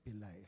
life